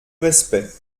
respect